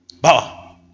baba